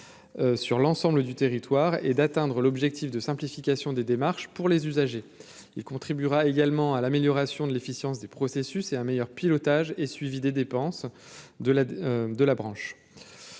sur l'ensemble du territoire et d'atteindre l'objectif de simplification des démarches pour les usagers, il contribuera également à l'amélioration de l'efficience du processus et un meilleur pilotage et suivi des dépenses de la de